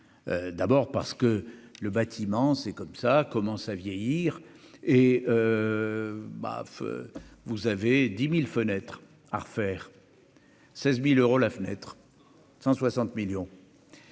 d'abord parce que le bâtiment, c'est comme ça commence à vieillir et baffe, vous avez dit mille fenêtre à refaire 16000 euros la fenêtre 160 millions.